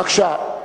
בבקשה.